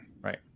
right